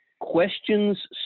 questions